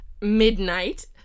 Midnight